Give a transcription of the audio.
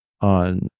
on